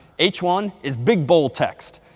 h one is big bold text.